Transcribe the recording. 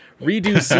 Redo